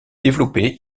développé